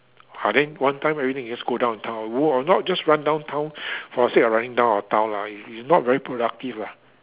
I think one time everything you just go downtown not just run downtown for the sake of running down a town lah it's it's not very productive lah